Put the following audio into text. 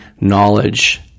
knowledge